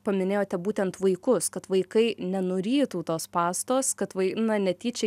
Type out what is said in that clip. paminėjote būtent vaikus kad vaikai nenurytų tos pastos kad vai na netyčia